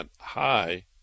high